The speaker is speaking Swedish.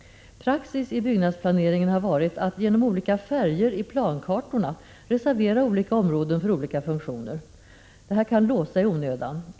Praxis i byggnadsplaneringen har varit att genom olika färger i plankartorna reservera olika områden för olika funktioner. Detta kan låsa i onödan.